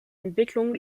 entwicklungen